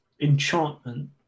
enchantment